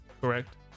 correct